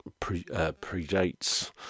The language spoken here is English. predates